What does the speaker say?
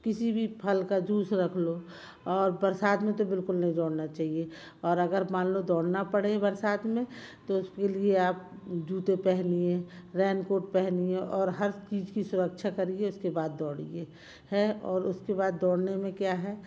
किसी भी फल का जूस रख लो और बरसात में तो बिल्कुल नहीं दौड़ना चाहिए और अगर मान लो दौड़ना पड़े बरसात में तो उस के लिए आप जूते पहनिए रैनकोर्ट पहनिए और हर चीज़ की सुरक्षा करिए उसके बाद दौड़िए है और उसके बाद दौड़ने में क्या है